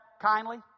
kindly